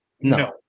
no